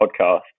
podcast